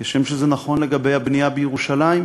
כשם שזה נכון לגבי הבנייה בירושלים.